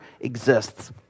exists